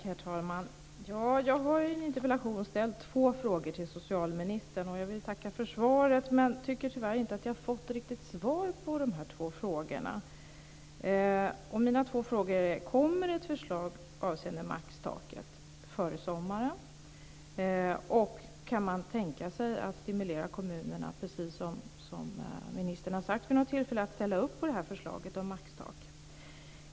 Herr talman! Jag har i min interpellation ställt två frågor till socialministern, och jag vill tacka för svaret. Men tyvärr tycker jag inte att jag riktigt fått svar på de två frågorna. Frågorna är: Kommer det ett förslag avseende maxtaket före sommaren? Och kan man tänka sig att stimulera kommunerna, precis som ministern har sagt vid något tillfälle, att ställa upp på förslaget om maxtak?